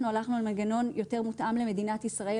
אנחנו הלכנו על מנגנון יותר מותאם למדינת ישראל,